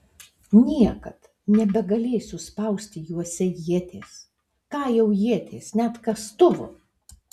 niekad nebegalėsiu spausti juose ieties ką jau ieties net kastuvo